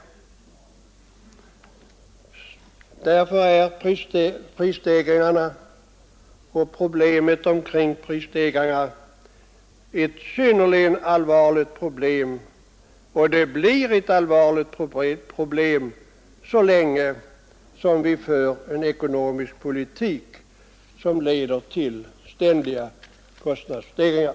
Därför är prisstegringarna ett synnerligen allvarligt problem, och de förblir ett allvarligt problem så länge som vi för en ekonomisk politik som leder till ständiga kostnadsstegringar.